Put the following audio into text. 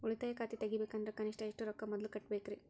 ಉಳಿತಾಯ ಖಾತೆ ತೆಗಿಬೇಕಂದ್ರ ಕನಿಷ್ಟ ಎಷ್ಟು ರೊಕ್ಕ ಮೊದಲ ಕಟ್ಟಬೇಕ್ರಿ?